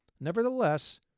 Nevertheless